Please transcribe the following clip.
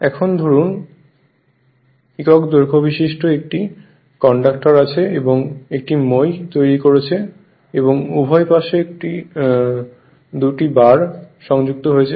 এখন ধরুন l দৈর্ঘ্য বিশিষ্ট একটি কন্ডাক্টর আছে এবং একটি মই তৈরি করেছে এবং উভয় পাশে দুটি বার সংযুক্ত হয়েছে